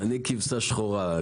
אני כבשה שחורה.